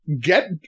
get